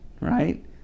right